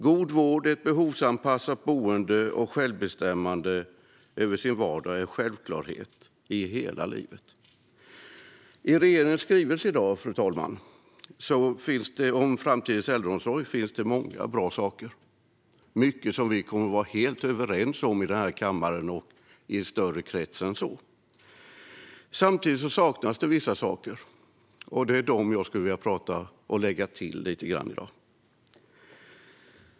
God vård, ett behovsanpassat boende och självbestämmande över sin vardag är en självklarhet under hela livet. I regeringens skrivelse om framtidens äldreomsorg finns det många bra saker och mycket som vi kommer att vara helt överens om i denna kammare och i en större krets än så. Samtidigt saknas vissa saker, och jag ska tala om dem och lägga till lite grann.